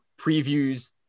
previews